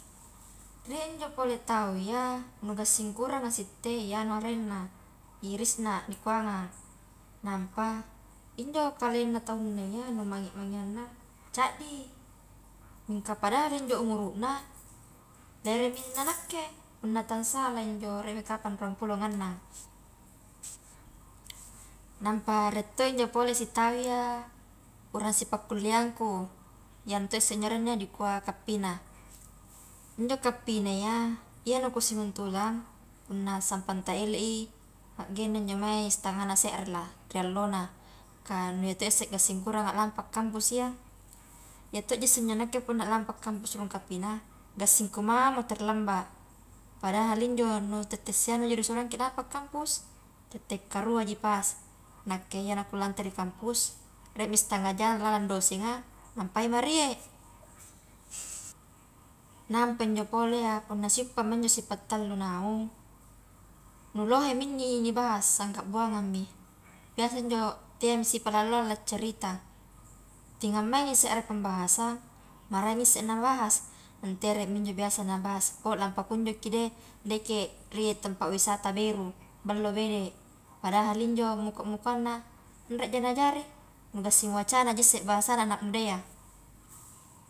Rie injo pole tau iya nu gassing kuranga sitte i anu arenna i risna nikuana, nampa injo kalengna taunna iya nu mangi-mangianna caddi, mingka padada injo umuruna leremi na nakke punna tan sala injo riemi kapang ruang pulong annang, nampa rie to injo pole sitau iya urang sipakkulliangku i anu tosse injo arenna iya dikua ka pina, injo ka pina iya iyana ku punna sampang ta ele i agenna injo mae stangana serre lah, ri allona kah nu iya to isse gassing kuranga lampa kampus iya, iyato ji isse njo nakke punna lampa kampus rung kapina gassingku mamo terlambat, padahal injo nu tette sianuji disuroangki lampa kampus tte karuaji pas, nakke injo na ku lante ri kampus riemi stanga jam lalang dosenga, amapaima rie, nampa injo pole iya punna siuppama injo si pattallu naung, nu lohemi inni ni bahas sangka buangangmi, biasa injo teami sipalalloang la cerita, tingang maing isse are pembahasan, maraingmi isse nabahas, nteremi injo biasa nabahas oh lampa kunjoki deh deke rie tempat wisata beru, ballo bede padahal injo, muko-mukoangna enreja najari, nu gassing wacanaji isse bahasana anak mudayya.